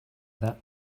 that